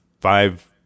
five